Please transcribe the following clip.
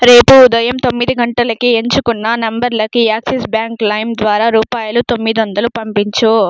రేపు ఉదయం తొమ్మిది గంటలకి ఎంచుకున్న నంబర్లకి యాక్సిస్ బ్యాంక్ లైమ్ ద్వారా రూపాయలు తొమ్మిది వందలు పంపించు